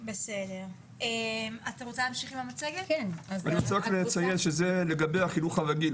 אני רק רוצה לציין שזה לגבי החינוך הרגיל,